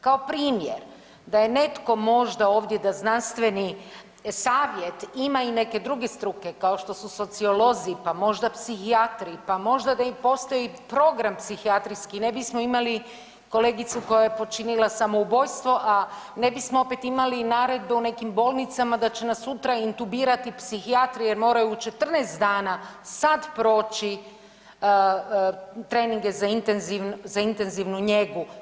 Kao primjer da je netko možda ovdje da znanstveni savjet ima i neke druge struke kao što su sociolozi, pa možda psihijatri, pa možda da i postoji program psihijatrijski ne bismo imali kolegicu koja je počinila samoubojstvo, a ne bismo opet imali naredbe u nekim bolnicama da će nas sutra intubirati psihijatri jer moraju u 14 dana sad proći treninge za intenzivnu njegu.